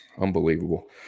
Unbelievable